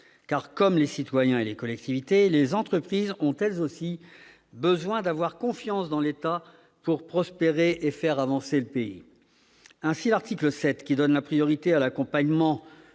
comme les citoyens et les collectivités, les entreprises ont elles aussi besoin d'avoir confiance dans l'État pour prospérer et faire avancer le pays. Ainsi, l'article 7, qui donne la priorité à l'accompagnement